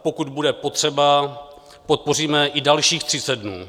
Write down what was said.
Pokud bude potřeba, podpoříme i dalších 30 dnů.